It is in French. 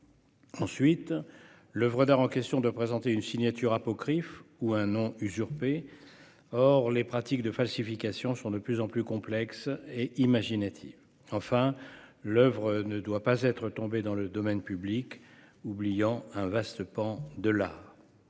l'oeuvre d'art en question doit présenter une signature apocryphe ou un nom usurpé. Or les pratiques de falsification sont de plus en plus complexes et imaginatives. Troisièmement, enfin, l'oeuvre ne doit pas être tombée dans le domaine public, ce qui relègue dans l'oubli un vaste pan de l'art.